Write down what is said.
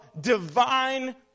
divine